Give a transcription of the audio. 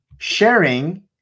Sharing